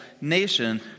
nation